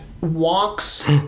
Walks